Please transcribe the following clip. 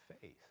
faith